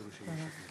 תודה.